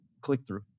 click-through